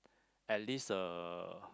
at least uh